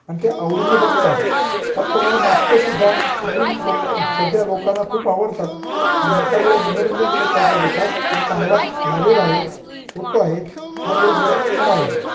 आणि ते आवडीने बघतात त्याप्रमाणे नाटकंसुद्धा नवीन लोक सध्या लोकांना खूप आवडतात आणि मग त्यामुळे मनोरंजन क्षेत्राचा विकास हा चांगला झालेला आहे होतो आहे ह्यापुढे सुद्धा होणार आहे